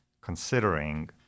considering